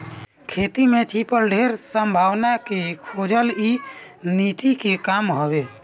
खेती में छिपल ढेर संभावना के खोजल इ नीति के काम हवे